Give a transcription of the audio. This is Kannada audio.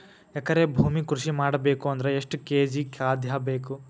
ಎಕರೆ ಭೂಮಿ ಕೃಷಿ ಮಾಡಬೇಕು ಅಂದ್ರ ಎಷ್ಟ ಕೇಜಿ ಖಾದ್ಯ ಬೇಕು?